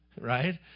right